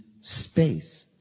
space